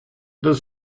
there